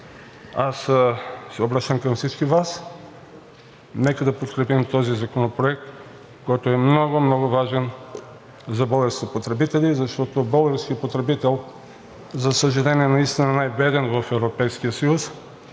се обръщам към всички Вас: нека подкрепим този законопроект, който е много, много важен за българските потребители. Защото българският потребител, за съжаление, наистина е най-беден в